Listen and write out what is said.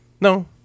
no